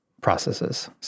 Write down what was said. processes